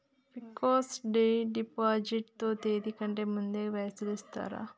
Fix డ్ deposit లో తేది కంటే ముందే పైసలు ఇత్తరా?